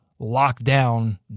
lockdown